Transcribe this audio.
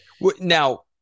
Now